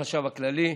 החשב הכללי,